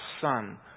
son